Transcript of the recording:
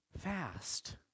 fast